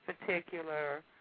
particular